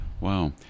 Wow